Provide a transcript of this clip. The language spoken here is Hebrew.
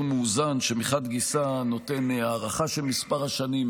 מאוזן: מחד גיסא הוא נותן הארכה של כמה שנים,